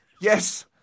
Yes